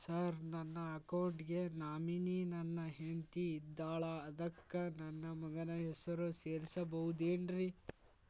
Sir ನನ್ನ account ಗೆ nominee ನನ್ನ ಹೆಂಡ್ತಿ ಇದ್ದಾಳ ಅದಕ್ಕ ನನ್ನ ಮಗನ ಹೆಸರು ಸೇರಸಬಹುದೇನ್ರಿ?